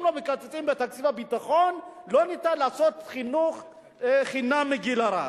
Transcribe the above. אם לא מקצצים בתקציב הביטחון אי-אפשר לעשות חינוך חינם מהגיל הרך.